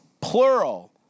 plural